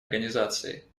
организацией